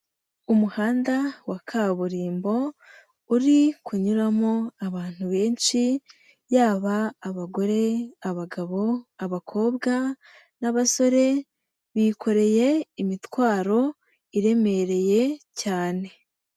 Umuhanda wa kaburimbo uri kunyuramo abantu benshi yaba: abagore, abagabo, abakobwa n'abasore, bikoreye imitwaro iremereye cyane.